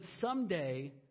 someday